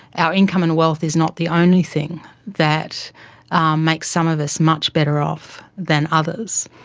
our income and wealth is not the only thing that um makes some of us much better off than others.